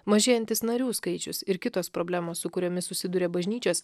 mažėjantis narių skaičius ir kitos problemos su kuriomis susiduria bažnyčios